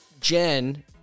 Jen